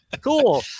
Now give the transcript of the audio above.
Cool